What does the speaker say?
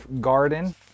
garden